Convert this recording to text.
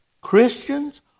Christians